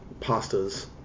pastas